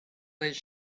his